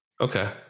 Okay